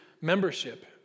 membership